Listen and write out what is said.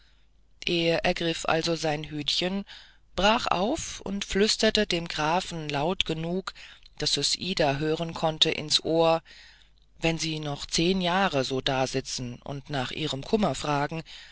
er ergriff also sein hütchen brach auf und flüsterte dem grafen laut genug daß es ida hören konnte ins ohr und wenn sie noch zehn jahre so dasitzen und nach ihrem kummer fragen